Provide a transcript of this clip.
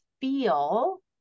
feel